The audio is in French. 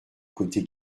côté